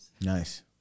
Nice